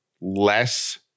less